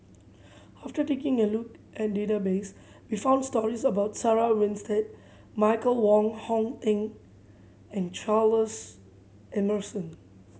after taking a look at database we found stories about Sarah Winstedt Michael Wong Hong Eng and Charles Emmerson